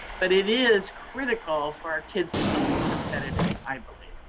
but it is critical for our kids to be competitive i believe.